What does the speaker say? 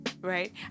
right